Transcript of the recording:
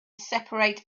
separate